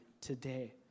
today